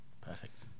perfect